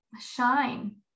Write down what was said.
shine